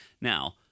Now